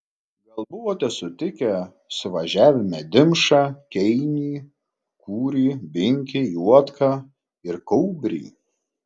gal buvote sutikę suvažiavime dimšą keinį kūrį binkį juodką ir kaubrį